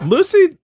Lucy